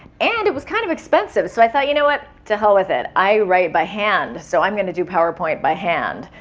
and it was kind of expensive. so, i thought, you know what? to hell with it. i write by hand, so i'm gonna do powerpoint by hand.